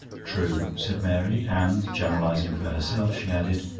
true, said mary and, generalising for herself, she added,